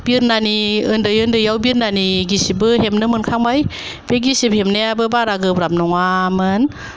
बिरनानि उन्दै उन्दैयाव बिरनानि गिसिबबो हेबनो मोनखांबाय बे गिसिब हेबनायाबो बारा गोब्राब नङामोन